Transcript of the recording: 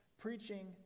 preaching